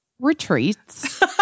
retreats